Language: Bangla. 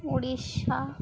উড়িষ্যা